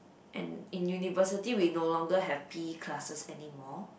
and in university we no longer have P_E classes anymore